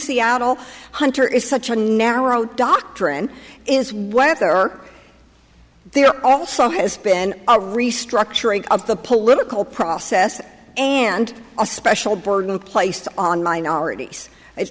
seattle hunter is such a narrow doctrine is whether or there also has been a restructuring of the political process and a special burden placed on minorities it